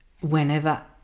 whenever